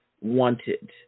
wanted